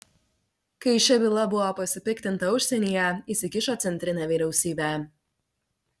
kai šia byla buvo pasipiktinta užsienyje įsikišo centrinė vyriausybė